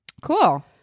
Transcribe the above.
cool